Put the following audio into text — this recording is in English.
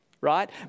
right